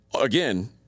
again